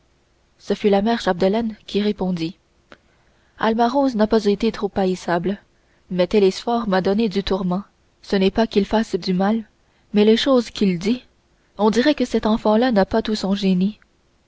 ce fut la mère chapdelaine qui répondit alma rose n'a pas été trop haïssable mais télesphore m'a donné du tourment ce n'est pas qu'il fasse du mal mais les choses qu'il dit on dirait que cet enfant-là n'a pas tout son génie